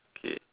okay